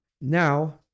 Now